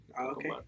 Okay